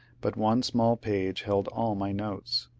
but one small page held all my notes.